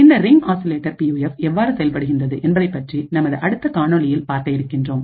இந்த ring oscillator பியூஎஃப் எவ்வாறு செயல்படுகின்றது என்பதைப்பற்றி நமது அடுத்த காணொளியில் பார்க்க இருக்கின்றோம்